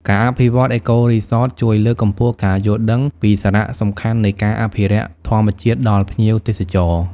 ការអភិវឌ្ឍ អេកូរីសត ជួយលើកកម្ពស់ការយល់ដឹងពីសារៈសំខាន់នៃការអភិរក្សធម្មជាតិដល់ភ្ញៀវទេសចរ។